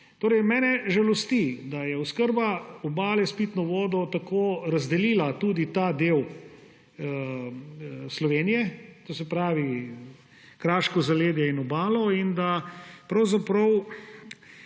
mene žalosti, da je oskrba Obale s pitno vodo tako razdelila tudi ta del Slovenije, to se pravi kraško zaledje in Obalo, in da pravzaprav